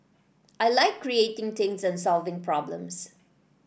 I like creating things and solving problems